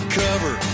cover